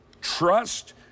trust